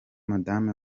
madame